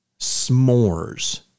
s'mores